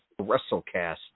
wrestlecast